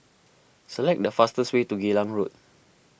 select the fastest way to Geylang Road